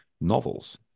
novels